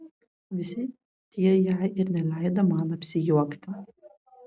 visi tie jei ir neleido man apsijuokti